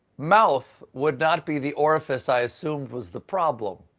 mouth would not be the orifice i assumed was the problem.